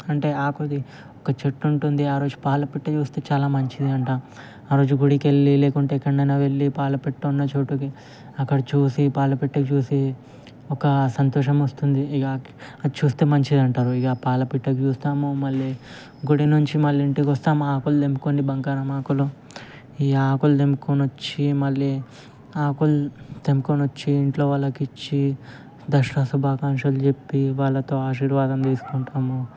అంటే ఆకులు ఒక చెట్టు ఉంటుంది ఆరోజు పాలు పిట్ట చూస్తే చాలా మంచిది అంటా ఆరోజు గుడికి వెళ్ళి లేకుంటే ఎక్కడికైనా వెళ్ళి పాలపిట్ట ఉన్న చోటుకి అక్కడ చూసి పాలపిట్టను చూసి ఒక సంతోషం వస్తుంది ఇక అది చూస్తే మంచిది అంటారు ఇక పాలపిట్టను చూస్తాము మళ్ళీ గుడి నుంచి మళ్ళీ ఇంటికి వస్తాము అక్కడ ఆకులు తెంపుకొని బంగారమ్మ ఆకులు ఈ ఆకులు తెంపుకొని వచ్చి మళ్ళీ ఆకులు తెంపుకొని వచ్చి ఇంట్లో వాళ్ళకి ఇచ్చి దసరా శుభాకాంక్షలు చెప్పి వాళ్ళతో ఆశీర్వాదం చేసుకుంటాము